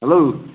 hello